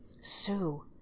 Sue